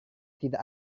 tidak